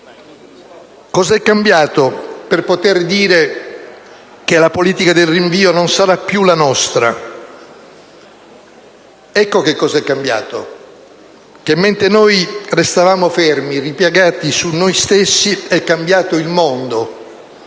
Cosa è cambiato per poter dire che la politica del rinvio non sarà più la nostra? Ecco che cosa è cambiato: mentre noi restavamo fermi e ripiegati su noi stessi, è cambiato il mondo,